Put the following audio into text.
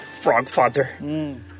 Frogfather